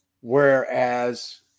Whereas